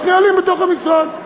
יש נהלים בתוך המשרד.